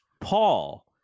Paul